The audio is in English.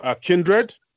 kindred